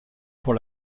pour